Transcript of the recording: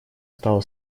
стало